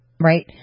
right